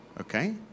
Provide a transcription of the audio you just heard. Okay